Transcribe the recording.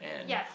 yup